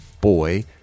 boy